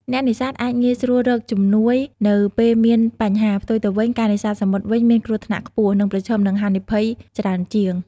អ្នកនេសាទអាចងាយស្រួលរកជំនួយនៅពេលមានបញ្ហា។ ផ្ទុយទៅវិញ ការនេសាទសមុទ្រវិញមានគ្រោះថ្នាក់ខ្ពស់ និងប្រឈមនឹងហានិភ័យច្រើនជាង។